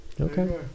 Okay